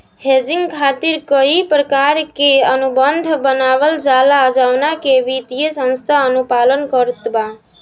hedging खातिर कई प्रकार के अनुबंध बनावल जाला जवना के वित्तीय संस्था अनुपालन करत बा